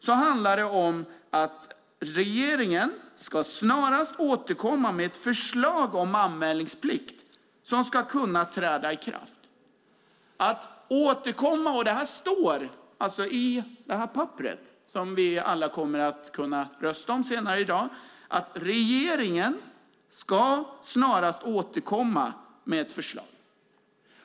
Det handlar om att regeringen snarast ska återkomma med ett förslag om anmälningsplikt som ska kunna träda i kraft. Det står i det förslag som vi alla kommer att kunna rösta om senare i dag att regeringen snarast ska återkomma med ett förslag.